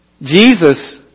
Jesus